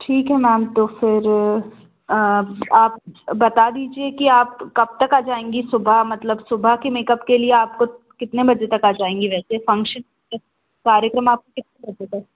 ठीक है मैम तो फिर आप बता दीजिए कि आप कब तक आ जाएँगी सुबह मतलब सुबह के मेकअप के लिए आप कितने बजे तक आ जाएँगी वैसे फंक्शन मतलब कार्यक्रम आपका कितने बजे तक है